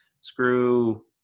Screw